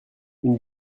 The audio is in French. une